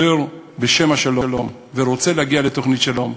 בשם השלום ורוצה להגיע לתוכנית שלום,